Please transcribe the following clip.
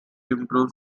improve